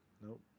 nope